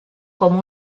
com